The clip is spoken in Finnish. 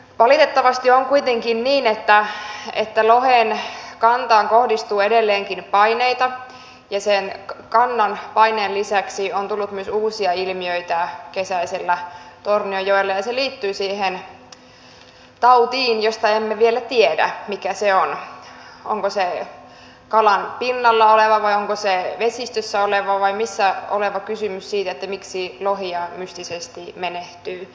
valitettavasti on kuitenkin niin että lohen kantaan kohdistuu edelleenkin paineita ja sen kannan paineen lisäksi on tullut myös uusia ilmiöitä kesäisellä tornionjoella liittyen siihen tautiin josta emme vielä tiedä mikä se on onko kysymyksessä kalan pinnalla oleva vai onko se ei vie vesistössä oleva vai missä oleva syy siihen miksi lohia mystisesti menehtyy